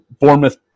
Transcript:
Bournemouth